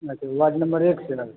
अच्छा ward number एक सँ